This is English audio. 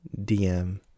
DM